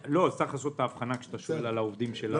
צריך לעשות את ההבחנה כשאתה שואל על העובדים שלנו.